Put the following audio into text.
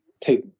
take